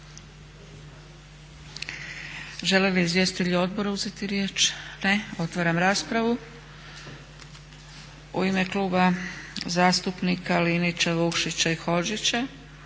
Žele li izvjestitelji odbora uzeti riječ? Ne. Otvaram raspravu. U ime Kluba zastupnika, Linića, Vukšića i Hodžića